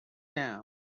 down